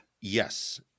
Yes